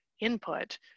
input